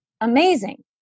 Amazing